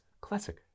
classic